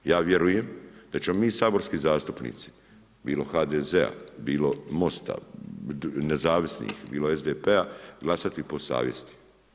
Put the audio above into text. Ja vjerujem da ćemo mi, saborski zastupnici, bilo HDZ-a, bilo MOST-a, nezavisnih, bilo SDP-a glasati po savjesti.